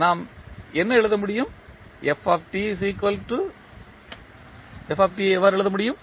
நாம் என்ன எழுத முடியும்